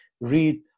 read